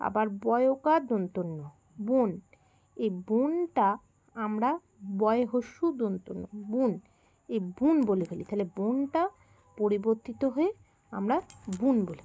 আবার ব এ ওকার দন্তন্য বোন এই বোনটা আমরা ব হ্রস্য ওর ল দন্তন্য বুন এই বুন বলে গেলি তাালে বোনটা পরিবর্তিত হয়ে আমরা বুন বলি